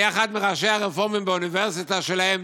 היה אחד מראשי הרפורמים באוניברסיטה שלהם